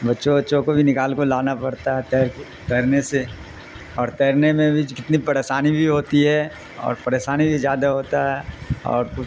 بچوں بچوں کو بھی نکال کو لانا پڑتا ہے تیر تیرنے سے اور تیرنے میں بھی کتنی پریشانی بھی ہوتی ہے اور پریشانی بھی زیادہ ہوتا ہے اور کچھ